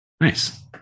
Nice